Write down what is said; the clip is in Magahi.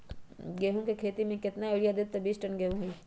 गेंहू क खेती म केतना यूरिया देब त बिस टन गेहूं होई?